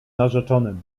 narzeczonym